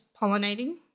pollinating